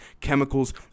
chemicals